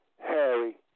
Harry